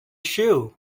shoe